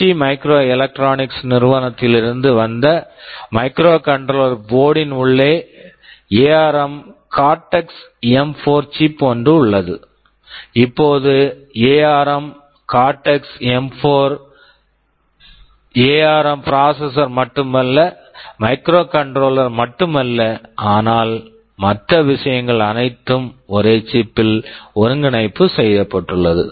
D micro electronics ST microelectronics நிறுவனத்திலிருந்து வந்த microcontroller போர்டுmicrocontroller board -டின் உள்ளே ஏஆர்எம் கார்டெக்ஸ் எம்4 சிப் ARM Cortex M4 chipஒன்று உள்ளது இப்போது ஏஆர்எம் கார்டெக்ஸ் எம்4 ARM Cortex M4ஏஆர்எம் ARM processor ப்ராசசர் மட்டுமல்ல மைக்ரோகண்ட்ரோலர் microcontroller மட்டுமல்ல ஆனால் மற்ற விஷயங்கள் அனைத்தும் ஒரே சிப் chip பில் ஒருங்கிணைப்பு செய்யப்பட்டுள்ளன